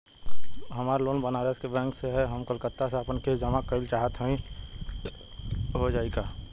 हमार लोन बनारस के बैंक से ह हम कलकत्ता से आपन किस्त जमा कइल चाहत हई हो जाई का?